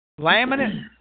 Laminate